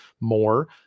more